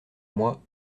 moi